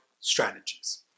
strategies